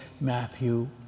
Matthew